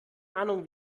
ahnung